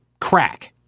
crack